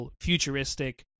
futuristic